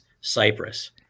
Cyprus